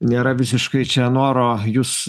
nėra visiškai čia noro jus